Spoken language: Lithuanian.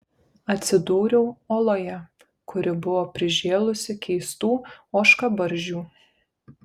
atsidūriau oloje kuri buvo prižėlusi keistų ožkabarzdžių